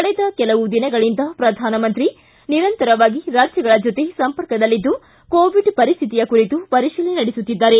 ಕಳೆದ ಕೆಲವು ದಿನಗಳಿಂದ ಪ್ರಧಾನಿ ನಿರಂತರವಾಗಿ ರಾಜ್ಯಗಳ ಜೊತೆ ಸಂಪರ್ಕದಲ್ಲಿದ್ದು ಕೋವಿಡ್ ಪರಿಸ್ಥಿತಿಯ ಕುರಿತು ಪರಿಶೀಲನೆ ನಡೆಸುತ್ತಿದ್ದಾರೆ